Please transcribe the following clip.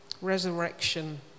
Resurrection